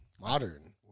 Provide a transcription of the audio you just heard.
modern